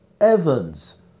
Evans